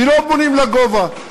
ולא בונים לגובה.